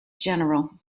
general